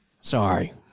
Sorry